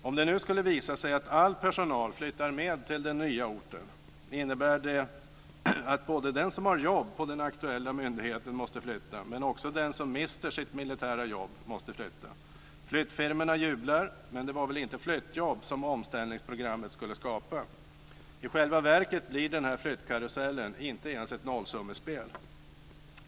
Om det nu skulle visa sig att all personal flyttar med till den nya orten innebär det att både den som har jobb på den aktuella myndigheten måste flytta, men också den som mister sitt militära jobb måste flytta. Flyttfirmorna jublar, men det var väl inte flyttjobb som omställningsprogrammet skulle skapa. I själva verket blir den här flyttkarusellen inte ens ett nollsummespel.